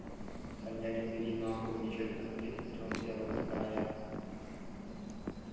संजय ने मेरी मां को म्यूचुअल फंड के खतरों से अवगत कराया